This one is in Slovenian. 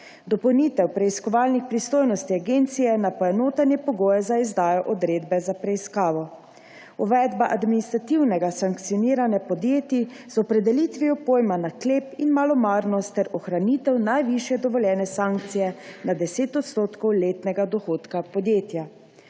dopolnitev preiskovalnih pristojnosti agencije, na poenotenje pogojev za izdajo odredbe za preiskavo; uvedbo administrativnega sankcioniranja podjetij z opredelitvijo pojma naklep in malomarnost ter ohranitvijo najvišje dovoljene sankcije na 10 % letnega dohodka podjetja;